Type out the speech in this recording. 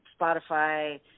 Spotify